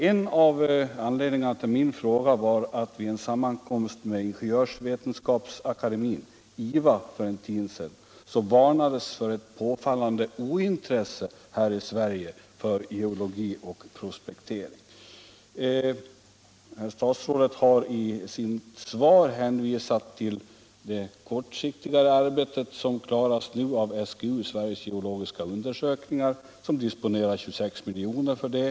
En av anledningarna till min fråga var att vid en sammankomst med Ingenjörsvetenskapsakademien för en tid sedan varnades för ett påfallande ointresse här i Sverige för geologi och prospektering. Herr statsrådet hänvisade i sitt svar till det arbete på kortare sikt som utföres av SGU, Sveriges geologiska undersökning, som disponerar 26 milj.kr. härför.